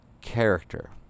character